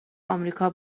آمریکا